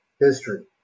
history